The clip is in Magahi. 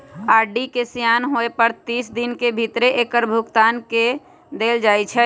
आर.डी के सेयान होय पर तीस दिन के भीतरे एकर भुगतान क देल जाइ छइ